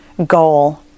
Goal